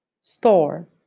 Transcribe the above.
Store